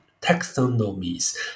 taxonomies